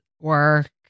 work